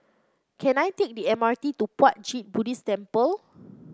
can I take the MRT to Puat Jit Buddhist Temple